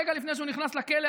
רגע לפני שהוא נכנס לכלא.